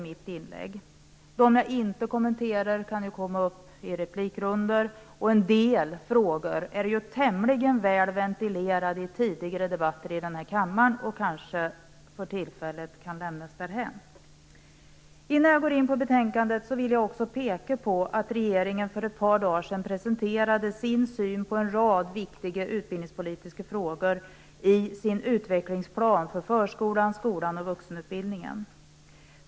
De frågor som jag inte kommenterar kan ju komma upp i replikrundor. Dessutom är en del frågor tämligen väl ventilerade i tidigare debatter i denna kammare, så de kan kanske för tillfället lämnas därhän. Innan jag går in på betänkandet vill jag peka på att regeringen för ett par dagar sedan presenterade sin syn på en rad viktiga utbildningspolitiska frågor i sin utvecklingsplan för förskolan, skolan och vuxenutbildningen.